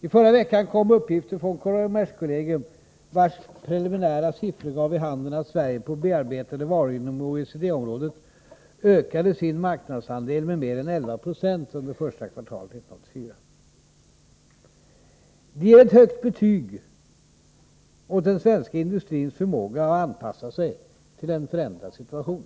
I förra veckan kom uppgifter från kommerskollegium, vars preliminära siffror gav vid handen att Sverige beträffande bearbetade varor inom OECD-området ökade sin marknadsandel med mer än 11 96 under första kvartalet 1984. Det ger ett högt betyg åt den svenska industrins förmåga att anpassa sig till en förändrad situation.